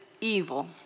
evil